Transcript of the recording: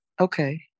Okay